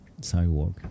sidewalk